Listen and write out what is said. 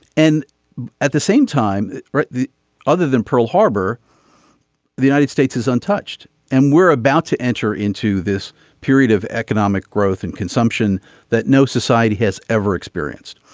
and at the same time other than pearl harbor the united states is untouched. and we're about to enter into this period of economic growth and consumption that no society has ever experienced.